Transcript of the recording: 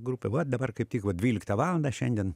grupė va dabar kaip tik vat dvyliktą valandą šiandien